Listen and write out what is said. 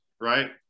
right